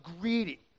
greedy